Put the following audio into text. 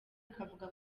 akavuga